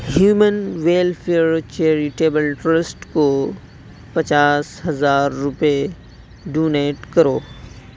human welfare charitable trust کو پچاس ہزار روپئے ڈونیٹ کرو